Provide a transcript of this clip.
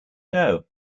know